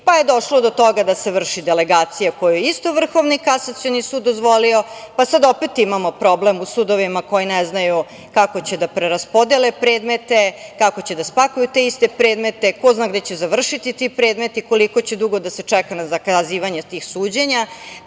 pa je došlo do toga da se vrši delegacija, koju je isto Vrhovni kasacioni sud dozvolio, pa sad opet imamo problem u sudovima koji ne znaju kako će da preraspodele predmete, kako će da spakuju te iste predmete, ko zna gde će završiti ti predmeti, koliko će dugo da se čeka na zakazivanje tih suđenja. Tako